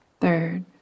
third